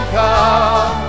come